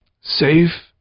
Safe